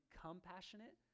compassionate